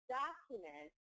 document